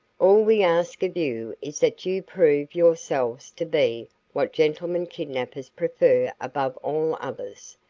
all we ask of you is that you prove yourselves to be what gentlemen kidnappers prefer above all others,